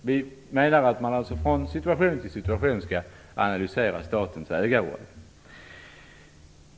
Vi menar alltså att man från situation till situation skall analysera statens ägarroll.